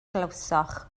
glywsoch